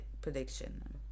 prediction